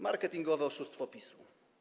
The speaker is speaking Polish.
Marketingowe oszustwo PiS-u.